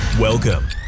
Welcome